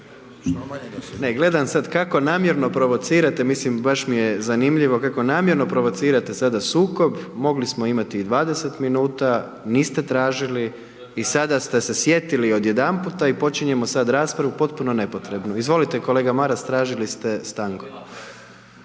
Gledam sada kako namjerno provocirate, mislim, baš mi je zanimljivo, kao namjerno provocirate sada sukob, mogli smo imati 20 min, niste tražili i sada ste se sjetili odjedanput i počinjemo sada raspravu potpuno nepotrebno. Izvolite kolega Maras traćili ste stanku.